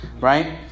Right